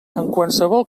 qualsevol